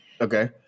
okay